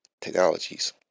technologies